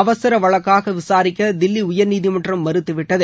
அவசர வழக்காக விசாரிக்க தில்லி உயர்நீதிமன்றம் மறுத்துவிட்டது